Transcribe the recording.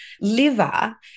liver